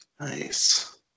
Nice